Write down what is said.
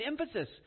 emphasis